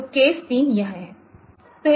तो केस 3 यह है